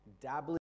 dabbling